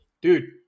dude